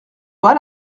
pas